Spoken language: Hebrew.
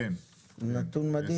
זה נתון מדהים.